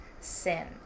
sin